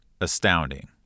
astounding